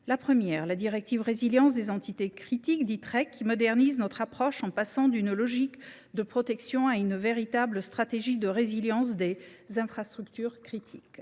La première est la directive REC, qui modernise notre approche en passant d’une logique de protection à une véritable stratégie de résilience des infrastructures critiques.